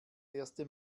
erste